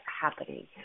happening